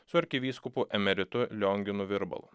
su arkivyskupu emeritu lionginu virbalu